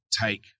take